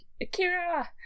Akira